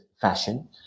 fashion